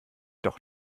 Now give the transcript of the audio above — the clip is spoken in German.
doch